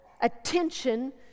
attention